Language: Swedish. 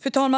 Fru talman!